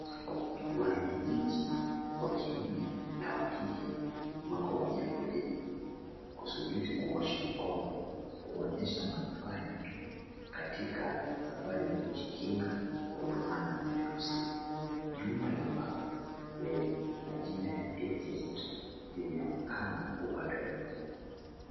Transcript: Wanakijiji, wakiume na wakike, wako kwenye foleni, kusubiri kuosha mikono, kuonyesha manufaa yake katika safari ya kujikinga kutokana na virusi. Jumba la mbao, lenye majina ya Agent, linaonekana upande wa nyuma.